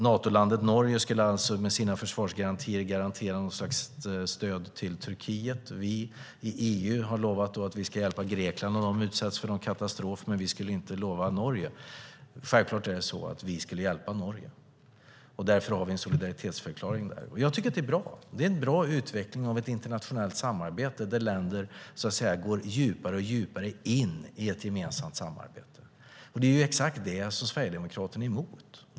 Natolandet Norge ska med sina försvarsgarantier garantera stöd till Turkiet, och Sverige ska inom EU hjälpa Grekland vid en katastrof. Självklart ska vi då också hjälpa Norge, och därför har vi denna solidaritetsförklaring. Det är en bra utveckling där länderna går djupare och djupare in i ett gemensamt internationellt samarbete. Detta är Sverigedemokraterna emot.